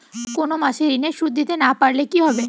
কোন মাস এ ঋণের সুধ দিতে না পারলে কি হবে?